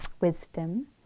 wisdom